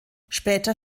später